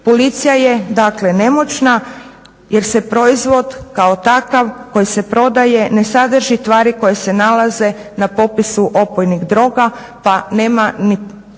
Policija je, dakle nemoćna jer se proizvod kao takav koji se prodaje ne sadrži tvari koje se nalaze na popisu opojnih droga, pa nema ni